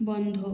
বন্ধ